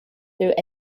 through